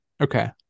Okay